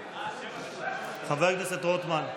חבר הכנסת רוטמן.